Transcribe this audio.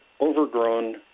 overgrown